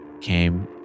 came